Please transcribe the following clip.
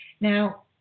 Now